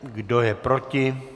Kdo je proti?